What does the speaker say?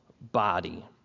body